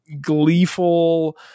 gleeful